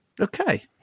Okay